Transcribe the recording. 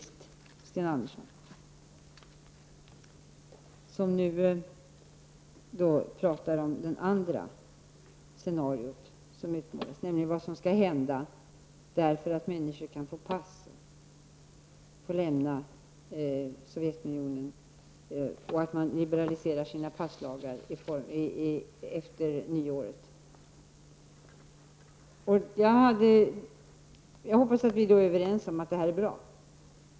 Sten Andersson i Malmö pratar om det andra scenariot som utmålas, nämligen vad som skall hända då människor kan få pass och få lämna Sovjetunionen med anledning av att man liberaliserar sina passlagar efter nyåret. Jag hoppas att vi är överens om att det är bra.